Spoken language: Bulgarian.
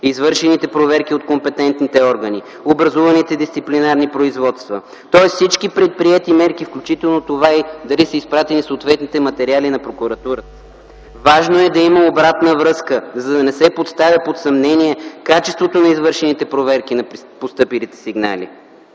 извършените проверки от компетентните органи, образуваните дисциплинарни производства, тоест всички предприети мерки, включително и това – дали са изпратени съответните материали на прокуратурата? Важно е да има обратна връзка, за да не се поставя под съмнение качеството на извършените проверки на постъпилите сигнали.